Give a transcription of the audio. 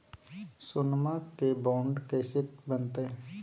सोनमा के बॉन्ड कैसे बनते?